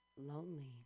lonely